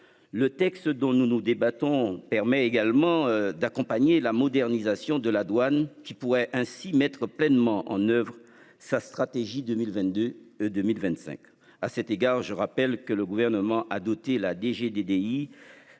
Le texte dont nous débattons permet également d'accompagner la modernisation de la douane qui pourrait ainsi mettre pleinement en oeuvre sa stratégie 2022 2025. À cet égard je rappelle que le gouvernement a doté la DG DDI